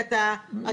כי אתה ---